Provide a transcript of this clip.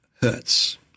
hurts